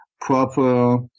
proper